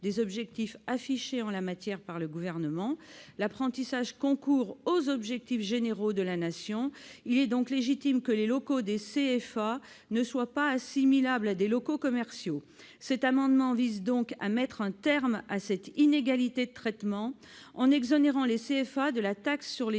des objectifs affichés en la matière par le Gouvernement. L'apprentissage concourt aux objectifs généraux de la Nation, il est donc légitime que les locaux des CFA ne soient pas assimilables à des locaux commerciaux. Cet amendement vise donc à mettre un terme à cette inégalité de traitement, en exonérant les CFA de la taxe sur les